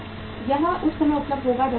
यह उस समय उपलब्ध होगा जब फसल होगी